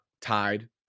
tied